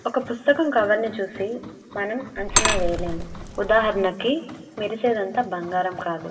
ఒక పుస్తకం కవర్ని చూసి మనం అంచనా వేయలేము ఉదాహరణకి మెరిసేదంతా బంగారం కాదు